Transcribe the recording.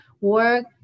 work